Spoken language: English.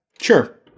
Sure